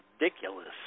ridiculous